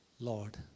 Lord